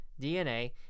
DNA